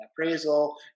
appraisal